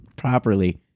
properly